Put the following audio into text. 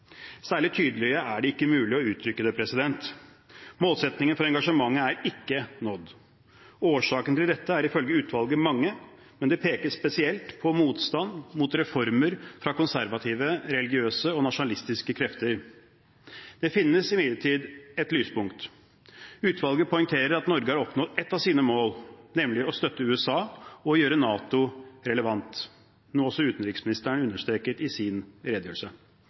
Særlig tydeligere er det ikke mulig å uttrykke det. Målsettingen for engasjementet er ikke nådd. Årsakene til dette er ifølge utvalget mange, men det pekes spesielt på motstand mot reformer fra konservative religiøse og nasjonalistiske krefter. Det finnes imidlertid et lyspunkt. Utvalget poengterer at Norge har oppnådd ett av sine mål, nemlig å støtte USA og å gjøre NATO relevant, noe også utenriksministeren understreket i sin redegjørelse.